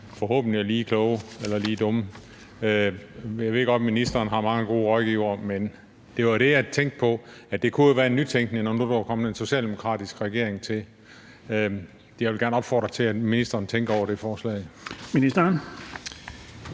forhåbentlig er lige kloge eller lige dumme. Jeg ved godt, at ministeren har mange gode rådgivere, men det var det, jeg tænkte kunne være en nytænkning, når nu der var kommet en socialdemokratisk regering til. Jeg vil gerne opfordre til, at ministeren tænker over det forslag.